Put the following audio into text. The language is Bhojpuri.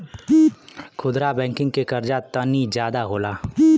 खुदरा बैंकिंग के कर्जा तनी जादा होला